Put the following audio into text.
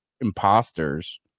imposters